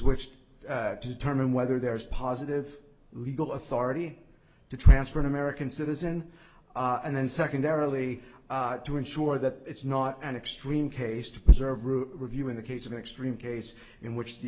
which to determine whether there is positive legal authority to transfer an american citizen and then secondarily to ensure that it's not an extreme case to preserve rule review in the case of an extreme case in which the